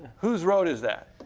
whose road is that?